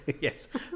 yes